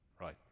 Right